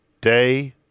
day